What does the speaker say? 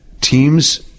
teams